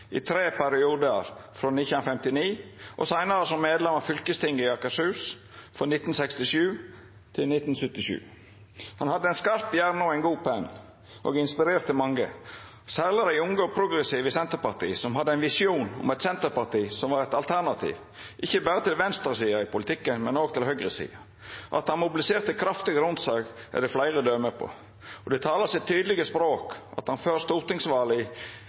i tre periodar frå 1959 og seinare som medlem av fylkestinget i Akershus frå 1967 til 1977. Han hadde ein skarp hjerne og ein god penn og inspirerte mange – særleg dei unge og progressive i Senterpartiet som hadde ein visjon om eit Senterparti som var eit alternativ ikkje berre til venstresida i politikken, men òg til høgresida. At han mobiliserte kraftig rundt seg, er det fleire døme på. Det talar sitt tydelege språk at han før stortingsvalet